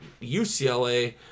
UCLA